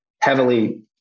heavily